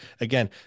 again